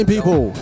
people